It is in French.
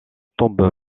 tombe